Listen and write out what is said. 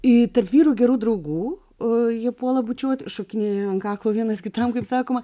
ir tarp vyrų gerų draugų o jie puola bučiuot šokinėjo ant kaklo vienas kitam kaip sakoma